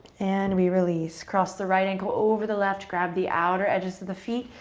and we release. cross the right ankle over the left. grab the outer edges of the feet.